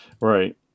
Right